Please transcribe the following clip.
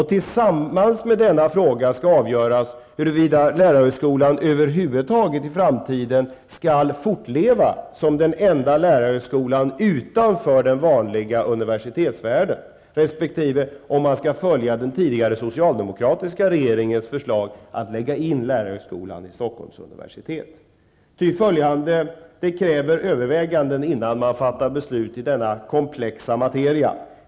Tillsammans med denna fråga skall avgöras huruvida lärarhögskolan över huvud taget i framtiden skall fortleva som den enda lärarhögskolan utanför den vanliga universitetsvärlden, resp. om man skall följa den tidigare socialdemokratiska regeringens förslag att lägga in lärarhögskolan i Stockholms universitet. Det krävs överväganden innan beslut kan fattas i denna komplexa materia.